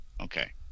Okay